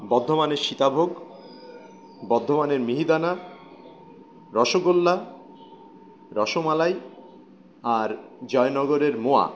বর্ধমানের সীতাভোগ বর্ধমানের মিহিদানা রসগোল্লা রসমালাই আর জয়নগরের মোয়া